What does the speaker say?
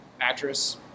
actress